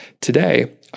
today